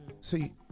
See